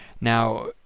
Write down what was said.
now